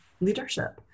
leadership